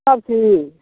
सबचीज